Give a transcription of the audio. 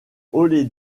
ole